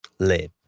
live.